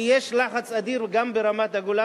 כי יש לחץ אדיר גם ברמת-הגולן.